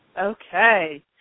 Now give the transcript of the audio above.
Okay